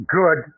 good